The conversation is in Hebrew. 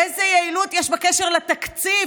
איזו יעילות יש בקשר לתקציב,